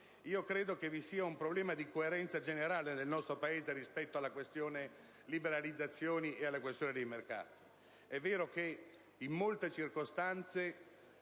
Credo che vi sia un problema di coerenza generale nel nostro Paese rispetto alla questione delle liberalizzazioni e dei mercati. È vero che in molte circostanze